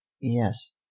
yes